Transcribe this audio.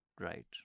right